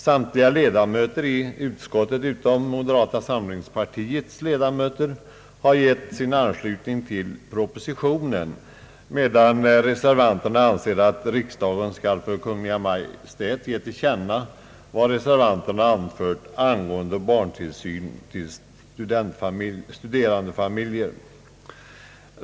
Samtliga ledamöter i utskottet, utom moderata samlingspartiets, har gett sin anslutning till propositionen, medan reservanterna anser att riksdagen skall för Kungl. Maj:t ge till känna vad reservanterna anfört angående barntillsyn för studerandefamiljer.